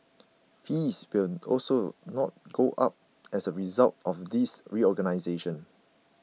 fees will also not go up as a result of this reorganisation